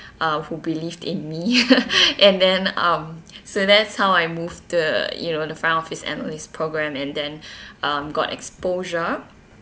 uh who believed in me and then um so that's how I move the you know the front office and these programme and then um got exposure